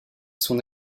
son